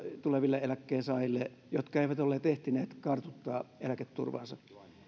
tuleville eläkkeensaajille jotka eivät olleet ehtineet kartuttaa eläketurvaansa